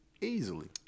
easily